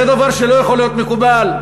זה דבר שלא יכול להיות מקובל.